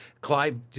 Clive